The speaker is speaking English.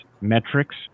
metrics